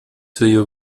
свое